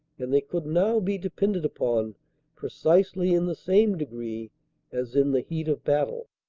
and they could now be depended upon precisely in the same degree as in the heat of battle.